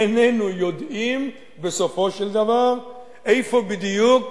איננו יודעים בסופו של דבר איפה בדיוק